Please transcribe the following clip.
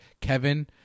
Kevin